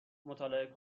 مطالعه